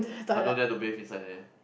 I don't dare to bath inside neh